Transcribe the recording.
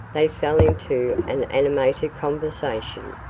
they fell into an animated conversation,